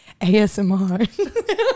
ASMR